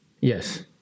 Yes